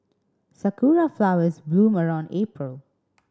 sakura flowers bloom around April